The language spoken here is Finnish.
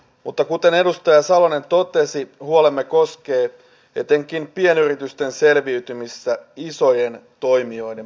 mutta kuten edustaja salonen totesi huolemme koskee etenkin pienyritysten selviytymistä isojen toimijoiden paineessa